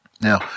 Now